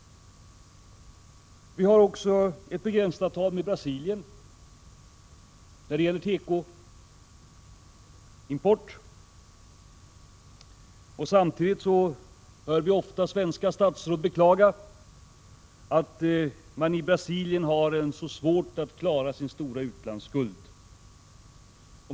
Vi har också ett begränsningsavtal med Brasilien om teko-import. Samtidigt hör vi ofta svenska statsråd beklaga att man i Brasilien har så svårt att klara sin stora utlandsskuld.